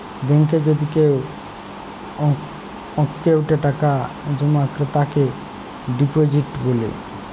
ব্যাংকে যদি কেও অক্কোউন্টে টাকা জমা ক্রেতাকে ডিপজিট ব্যলে